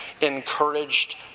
encouraged